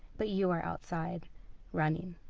but you are outside running.